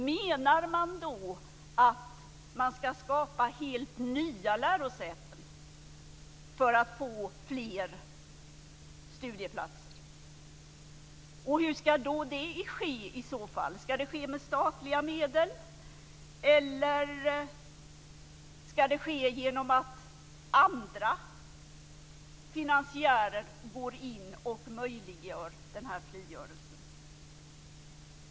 Menar man att man ska skapa helt nya lärosäten för att få fler nya studieplatser? Hur ska det ske i så fall? Ska det ske med statliga medel eller ska det ske genom att andra finansiärer går in och möjliggör den här frigörelsen?